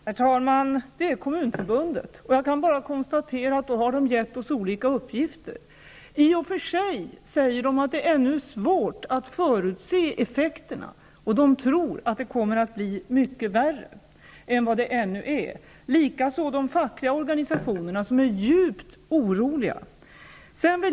Herr talman! Min källa är Kommunförbundet, och jag kan bara konstatera att man har gett oss olika uppgifter. I och för sig säger man att det ännu är svårt att förutse effekterna och att man tror att det kommer att bli mycket värre än vad det nu är. Likaså är de fackliga organisationerna djupt oroliga.